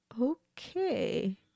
Okay